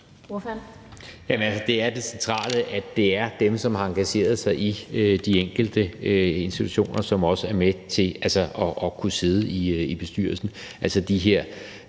det er det centrale, at det er dem, som har engageret sig i de enkelte institutioner, som også kan være med til at sidde i bestyrelserne,